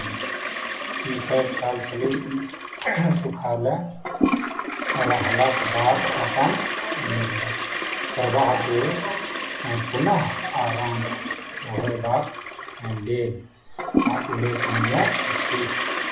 ई साठि साल छलै सुखालय रहलाक बाद अपन प्रवाहकेँ पुनः आरम्भ होयबाक लेल आ उल्लेखनीय अछि